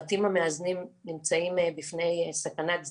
הבתים המאזנים נמצאים בפני סכנת סגירה,